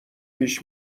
پیش